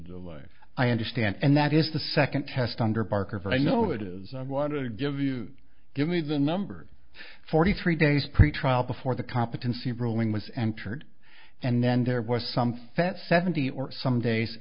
delay i understand and that is the second test under barker for i know it is i want to give you give me the number forty three days pre trial before the competency ruling was entered and then there was some fat seventy or some days